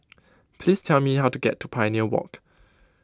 please tell me how to get to Pioneer Walk